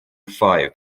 five